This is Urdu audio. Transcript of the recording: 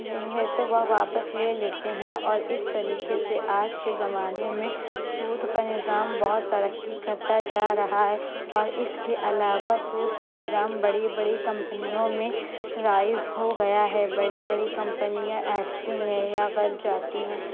تو وہ واپس لے لیتے ہیں اور اس طریقے سے آج کے زمانے میں سود کا نظام بہت ترقی کرتا جا رہا ہے اور اس کے علاوہ سود کا نظام بڑی بڑی کمپنیوں میں رائز ہو گیا ہے بڑے بڑی کمپنیاں اینٹھتی ہیں یا غر جاتی ہیں